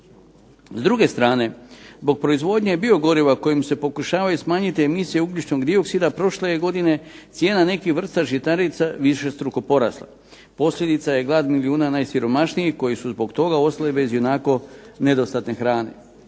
S druge strane, zbog proizvodnje biogoriva kojim se pokušavaju smanjiti emisije ugljičnog dioksida prošle je godine cijena nekih vrsta žitarica višestruko porasla. Posljedica je glad milijuna najsiromašnijih koji su zbog toga ostalih zbog ionako nedostatne hrane.